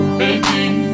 baby